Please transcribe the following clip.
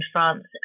France